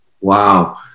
Wow